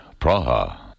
Praha